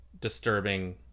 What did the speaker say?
disturbing